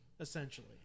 essentially